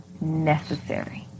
necessary